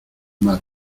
mar